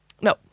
No